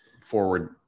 forward